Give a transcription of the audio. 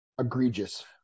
egregious